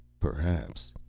perhaps.